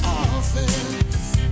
office